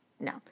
No